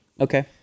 Okay